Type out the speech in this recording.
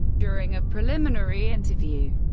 during a preliminary interview,